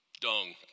dung